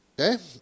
Okay